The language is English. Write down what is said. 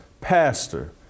pastor